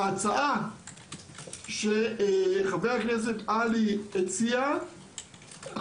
אנחנו מאוד תומכים בהצעה שחבר הכנסת עלי הציע וכבר